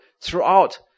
throughout